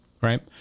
Right